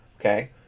okay